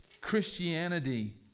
christianity